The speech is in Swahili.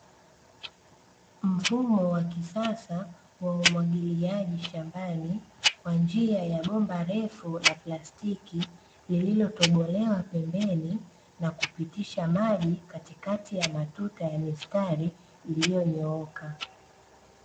Mfumo wa kisasa wa umwagiliaji shambani kwa njia ya bomba refu la plastiki, lililotobolewa pembeni na kupitisha maji katikati ya matuta ya mistari iliyonyooka.